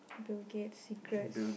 Bill-Gate secrets